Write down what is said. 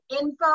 info